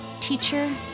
teacher